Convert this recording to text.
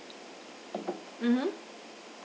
mmhmm